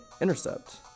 Intercept